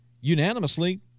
unanimously